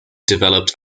developed